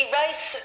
race